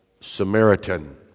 Samaritan